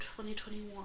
2021